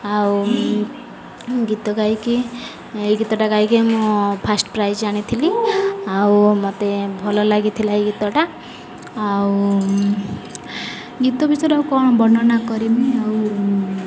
ଆଉ ଗୀତ ଗାଇକି ଏଇ ଗୀତଟା ଗାଇକି ମୁଁ ଫାର୍ଷ୍ଟ ପ୍ରାଇଜ୍ ଆଣିଥିଲି ଆଉ ମୋତେ ଭଲ ଲାଗିଥିଲା ଏଇ ଗୀତଟା ଆଉ ଗୀତ ବିଷୟରେ ଆଉ କ'ଣ ବର୍ଣ୍ଣନା କରିମି ଆଉ